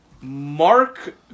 Mark